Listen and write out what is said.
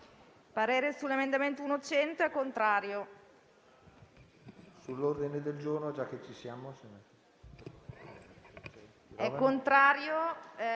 parere sull'emendamento 1.100 è contrario.